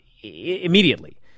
immediately